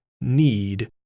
need